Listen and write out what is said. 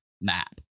map